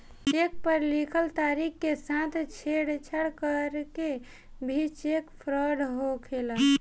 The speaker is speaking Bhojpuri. चेक पर लिखल तारीख के साथ छेड़छाड़ करके भी चेक फ्रॉड होखेला